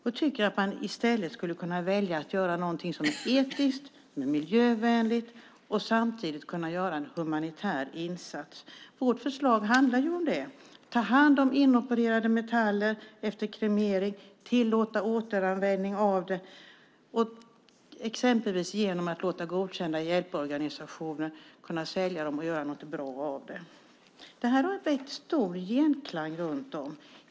Jag tycker att man i stället skulle kunna välja att göra någonting som är etiskt och miljövänligt och samtidigt göra en humanitär insats. Vårt förslag handlar om det: att ta hand om inopererade metaller efter kremering och tillåta återanvändning av dem, exempelvis genom att låta godkända hjälporganisationer sälja dem och göra något bra av det. Det här har väckt stor genklang runt om.